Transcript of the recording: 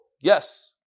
Yes